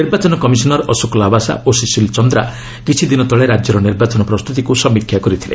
ନିର୍ବାଚନ କମିଶନର ଅଶୋକ ଲାବାସା ଓ ସୁଶୀଲ ଚନ୍ଦ୍ରା କିଛି ଦିନ ତଳେ ରାଜ୍ୟର ନିର୍ବାଚନ ପ୍ରସ୍ତୁତିକୁ ସମୀକ୍ଷା କରିଥିଲେ